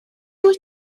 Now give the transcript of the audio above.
wyt